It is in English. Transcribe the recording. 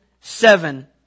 Seven